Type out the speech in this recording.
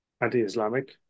anti-Islamic